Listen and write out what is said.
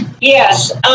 yes